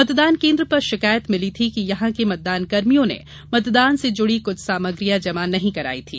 मतदान केन्द्र पर शिकायत मिली थी कि यहां के मतदानकर्मियों ने मतदान से जुड़ी कुछ सामग्रियां जमा नहीं कराई थी